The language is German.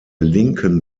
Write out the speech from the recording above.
linken